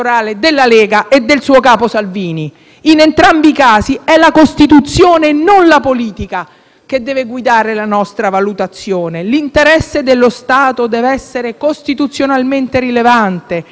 che deve guidare la nostra valutazione. L'interesse dello Stato deve essere costituzionalmente rilevante e il perseguimento dell'interesse pubblico deve avvenire nell'esercizio di una funzione di Governo,